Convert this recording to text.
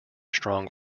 strong